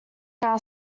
now